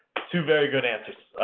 two very good answers.